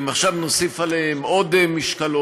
ואם עכשיו נוסיף עליהם עוד משקולות,